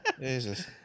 Jesus